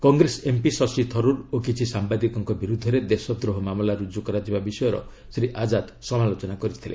Congress MP Shashi Tharoor ଓ କିଛି ସାମ୍ଭାଦିକଙ୍କ ବିରୁଦ୍ଧରେ ଦେଶଦ୍ରୋହ ମାମଲା ଲାଗୁ କରାଯିବା ବିଷୟର ଶ୍ରୀ ଆଜାଦ ସମାଲୋଚନା କରିଥିଲେ